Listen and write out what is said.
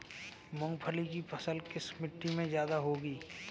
मूंगफली की फसल किस मिट्टी में ज्यादा होगी?